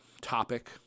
topic